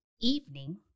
evening